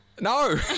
No